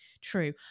true